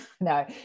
no